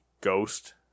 ghost